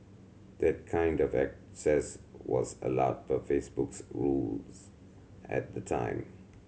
that kind of access was allowed per Facebook's rules at the time